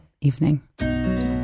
evening